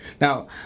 now